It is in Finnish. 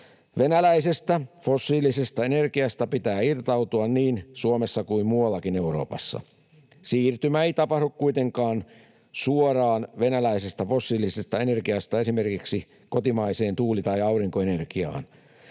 Venäläisestä fossiilisesta energiasta pitää irtautua niin Suomessa kuin muuallakin Euroopassa. Siirtymä ei tapahdu kuitenkaan suoraan venäläisestä fossiilisesta energiasta esimerkiksi kotimaiseen tuuli- tai aurinkoenergiaan.